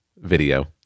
video